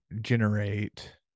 generate